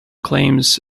claims